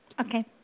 Okay